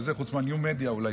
חוץ מהניו-מדיה אולי,